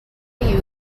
you